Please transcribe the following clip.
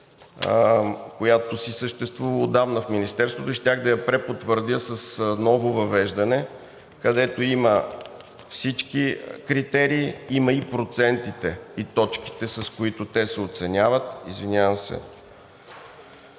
която си съществува отдавна в Министерството и щях да я препотвърдя с ново въвеждане, където има всички критерии, има и процентите, и точките, с които те се оценяват. При тази